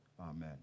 Amen